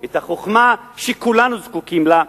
את החוכמה שכולנו זקוקים לה.